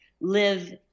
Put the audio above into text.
live